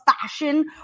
fashion